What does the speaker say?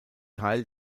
teil